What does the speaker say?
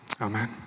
amen